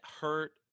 hurt